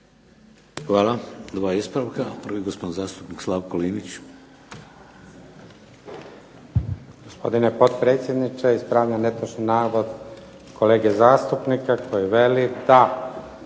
Hvala. Dva ispravka. Prvi gospodin zastupnik Slavko Linić.